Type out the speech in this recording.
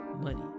money